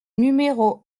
numéro